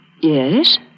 Yes